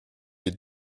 les